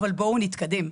אבל בואו נתקדם.